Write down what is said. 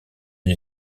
une